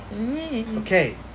Okay